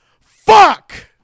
Fuck